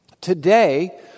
Today